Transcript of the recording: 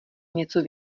něco